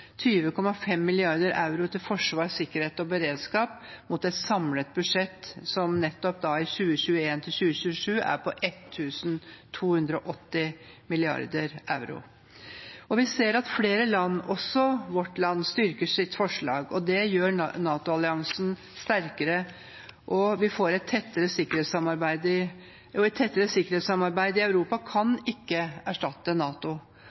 euro til forsvar, sikkerhet og beredskap, mot et samlet budsjett for 2021–2027 som er på 1 280 mrd. euro. Vi ser at flere land – også vårt land – styrker sitt forsvar. Det gjør NATO-alliansen sterkere, og et tettere sikkerhetssamarbeid i Europa kan ikke erstatte NATO. Norge bør bidra til at øvrige tiltak kommer i tillegg til NATO,